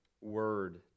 word